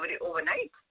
overnight